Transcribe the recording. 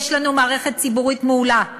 יש לנו מערכת ציבורית מעולה,